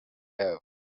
yabo